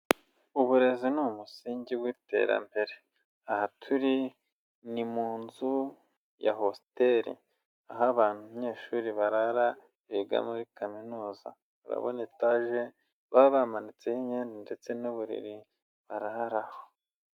Uburezi ni umusingi w'iterambere, aha turi ni mu nzu ya hostel aho abanyeshuri barara biga muri Kaminuza, urabona etaje baba bamanutseho imyenda ndetse n'uburiri bararaho.